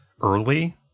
early